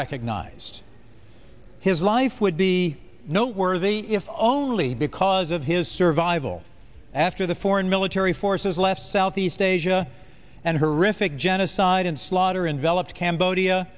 unrecognized his life would be no worthy if only because of his survival after the foreign military forces left southeast asia and horrific genocide and slaughter envelops cambodia